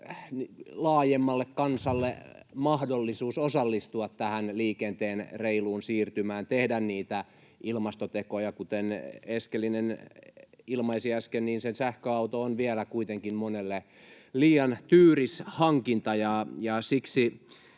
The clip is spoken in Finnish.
laajemmalle kansalle osallistua tähän liikenteen reiluun siirtymään, tehdä niitä ilmastotekoja, kuten Eskelinen ilmaisi äsken, ja se sähköauto on vielä kuitenkin monelle liian tyyris hankinta, ja siksi